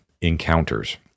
encounters